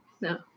No